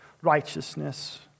righteousness